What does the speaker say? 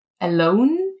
alone